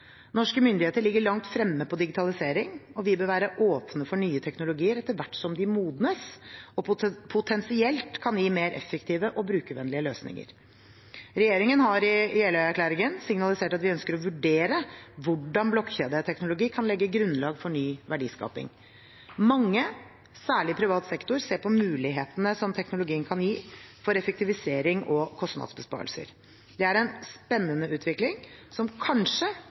Norske myndigheter ligger langt fremme på digitalisering, og vi bør være åpne for nye teknologier etter hvert som de modnes og potensielt kan gi mer effektive og brukervennlige løsninger. Regjeringen har i Jeløya-erklæringen signalisert at vi ønsker å vurdere hvordan blokkjedeteknologi kan legge grunnlag for ny verdiskaping. Mange, særlig i privat sektor, ser på mulighetene teknologien kan gi for effektivisering og kostnadsbesparelser. Det er en spennende utvikling som kanskje